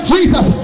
Jesus